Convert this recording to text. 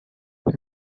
les